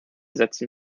setzen